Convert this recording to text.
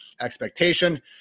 expectation